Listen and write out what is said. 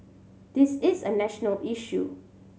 this is a national issue